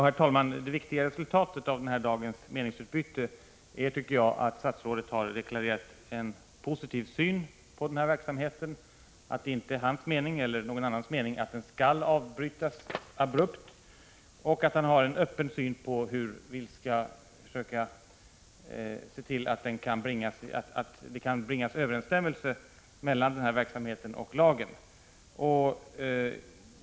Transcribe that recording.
Herr talman! Det viktiga resultatet av denna dags meningsutbyte är, tycker jag, att statsrådet deklarerat en positiv syn på denna verksamhet, att det inte är någons mening att den skall avbrytas abrupt och att statsrådet har en öppen syn på hur vi skall försöka se till att vi kan få överensstämmelse mellan denna verksamhet och lagen.